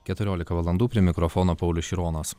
keturiolika valandų prie mikrofono paulius šironas